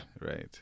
Right